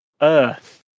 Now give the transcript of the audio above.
earth